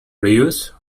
reuse